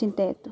चिन्तयतु